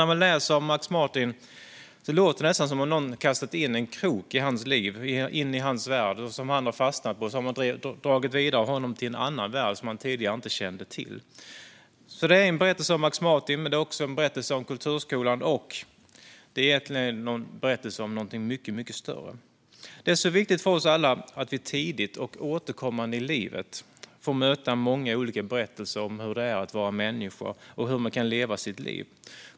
När man läser om Max Martin framstår det nästan som att någon kastat in en krok i hans liv, in i hans värld, att han har fastnat på den och att han sedan har dragits vidare till en annan värld som han inte kände till tidigare. Detta är en berättelse om Max Martin men också en berättelse om kulturskolan. Fast egentligen är det en berättelse om något mycket, mycket större. Det är viktigt för oss alla att vi tidigt och återkommande i livet får möta många olika berättelser om hur det är att vara människa och om hur man kan leva sitt liv.